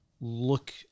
look